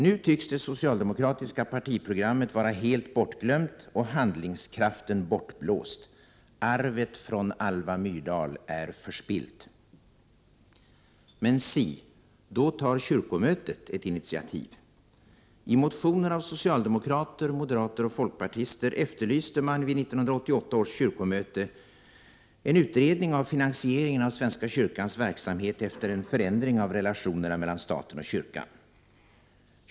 Nu tycks det socialdemokratiska partiprogrammet vara helt borglömt och handlingskraften bortblåst. Arvet från Alva Myrdal är förspillt. Men si, då tar kyrkomötet ett initiativ. I motioner av socialdemokrater, moderater och folkpartister efterlyste man vid 1988 års kyrkomöte en utredning av finansieringen av svenska kykans verksamhet efter en förändring av relationerna mellan staten och kyrkan.